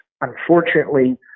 unfortunately